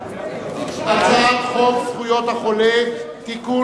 הצעת חוק זכויות החולה (תיקון,